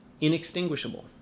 inextinguishable